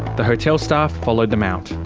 the hotel staff followed them out.